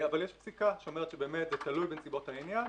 אבל יש פסיקה שאומרת שזה תלוי בנסיבות העניין.